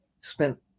spent